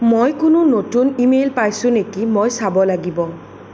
মই কোনো নতুন ই মেইল পাইছো নেকি মই চাব লাগিব